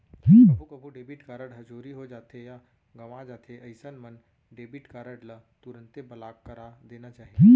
कभू कभू debit card ह चोरी हो जाथे या गवॉं जाथे अइसन मन डेबिट कारड ल तुरते ब्लॉक करा देना चाही